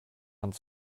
hand